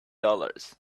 dollars